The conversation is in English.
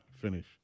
finish